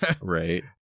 Right